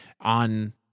on